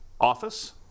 Office